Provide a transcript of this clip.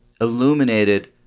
illuminated